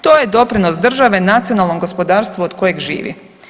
To je doprinos države nacionalnom gospodarstvu od kojeg živi.